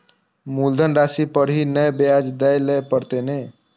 मुलधन राशि पर ही नै ब्याज दै लै परतें ने?